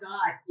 God